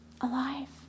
alive